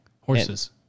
horses